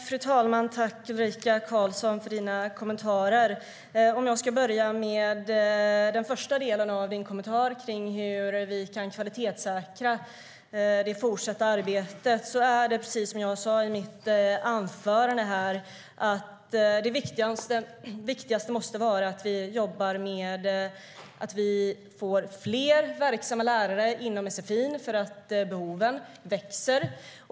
Fru talman! Tack, Ulrika Carlsson, för dina kommentarer. Jag börjar med den första delen av din kommentar om hur vi kan kvalitetssäkra det fortsatta arbetet. Det är precis som jag sa i mitt anförande. Det viktigaste måste vara att vi jobbar med att vi får fler verksamma lärare inom sfi:n eftersom behoven växer.